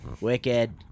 Wicked